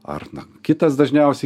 ar kitas dažniausiai